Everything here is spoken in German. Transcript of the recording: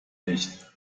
nicht